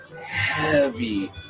Heavy